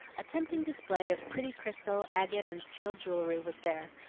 a tempting display of pretty crystal, agate, and steel jewelry was there,